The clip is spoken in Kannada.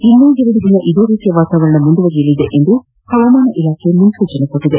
ಇನ್ನೂ ಎರಡು ದಿನ ಇದೇ ರೀತಿಯ ವಾತಾವರಣ ಮುಂದುವರೆಯಲಿದೆ ಎಂದು ಹವಾಮಾನ ಇಲಾಖೆ ಮುನ್ನೂಚನೆ ನೀಡಿದೆ